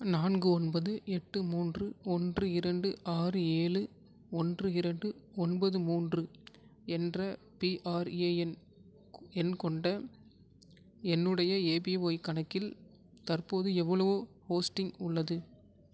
நான்கு ஒன்பது எட்டு மூன்று ஒன்று இரண்டு ஆறு ஏழு ஒன்று இரண்டு ஒன்பது மூன்று என்ற பிஆர்ஏஎன் எண் கொண்ட என்னுடைய ஏபிஒய் கணக்கில் தற்போது எவ்வளவு ஹோஸ்டிங் உள்ளது